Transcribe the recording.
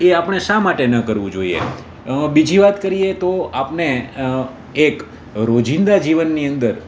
એ આપણે શા માટે ન કરવું જોઈએ બીજી વાત કરીએ તો આપને એક રોજિંદા જીવનની અંદર